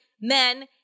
men